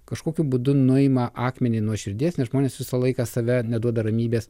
kažkokiu būdu nuima akmenį nuo širdies žmonės visą laiką save neduoda ramybės